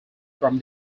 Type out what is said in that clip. from